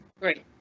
Great